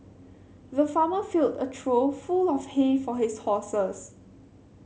the farmer filled a trough full of hay for his horses